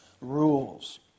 rules